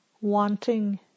wanting